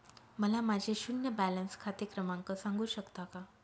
मला माझे शून्य बॅलन्स खाते क्रमांक सांगू शकता का?